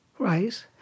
Right